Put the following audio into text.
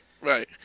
Right